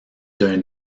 d’un